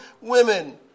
women